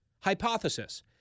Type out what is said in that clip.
hypothesis